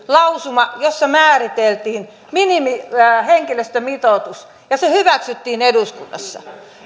lausuma jossa määriteltiin minimihenkilöstömitoitus ja se hyväksyttiin eduskunnassa